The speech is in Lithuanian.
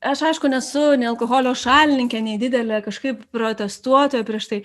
aš aišku nesu nei alkoholio šalininkė nei didelė kažkaip protestuotoja prieš tai